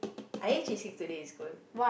I ate cheesecake today in school